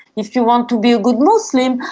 if you want to be a good muslim,